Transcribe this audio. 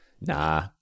nah